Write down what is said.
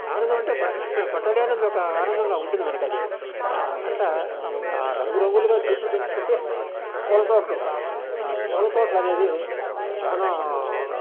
ఆనందం అంటే పట్టలే పట్టలేనంత ఆనందంగా ఉంటుంది మనకది అట్లా రంగురంగులుగా చెట్లు పెంచుకుంటే పూలతోటలు ఆ పూలతోటలనేది చానా